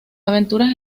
aventuras